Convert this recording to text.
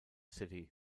city